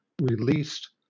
released